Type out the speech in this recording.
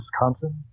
wisconsin